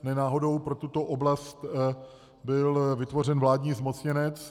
Ne náhodou pro tuto oblast byl vytvořen vládní zmocněnec.